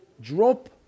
drop